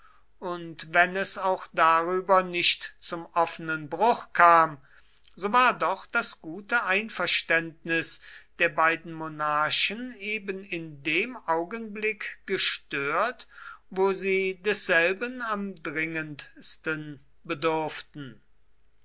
und wenn es auch darüber nicht zum offenen bruch kam so war doch das gute einverständnis der beiden monarchen eben in dem augenblick gestört wo sie desselben am dringendsten bedurften